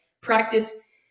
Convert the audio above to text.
practice